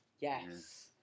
Yes